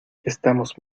estamos